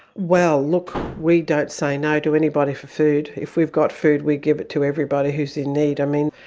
well look, we don't say no to anybody for food. if we've got food we give it to everybody who's in need. i mean,